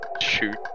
shoot